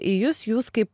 į jus jūs kaip